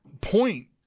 point